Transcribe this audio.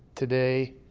today,